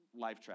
LifeTrack